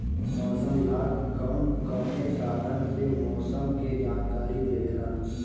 मौसम विभाग कौन कौने साधन से मोसम के जानकारी देवेला?